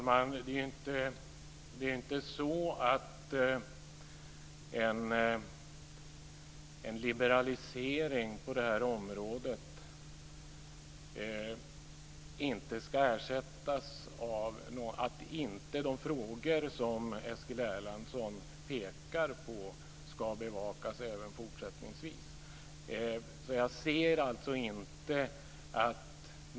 Fru talman! Det är inte så att de frågor som Eskil Erlandsson pekar på inte ska bevakas även fortsättningsvis.